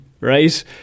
right